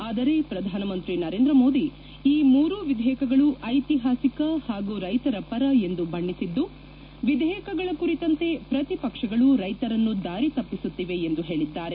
ಆದರೆ ಪ್ರಧಾನಮಂತ್ರಿ ನರೇಂದ್ರಮೋದಿ ಈ ಮೂರು ವಿಧೇಯಕಗಳು ಐತಿಹಾಸಿಕ ಹಾಗೂ ರೈತರ ಪರ ಎಂದು ಬಣ್ಣಿಸಿದ್ಲು ವಿಧೇಯಕಗಳ ಕುರಿತಂತೆ ಪ್ರತಿಪಕ್ಷಗಳು ರೈತರನ್ನು ದಾರಿ ತಪ್ಪಿಸುತ್ತಿವೆ ಎಂದು ಹೇಳಿದ್ದಾರೆ